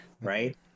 right